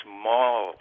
small